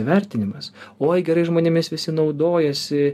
įvertinimas oi gerais žmonėmis visi naudojasi